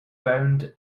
round